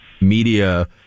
Media